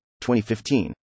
2015